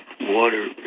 water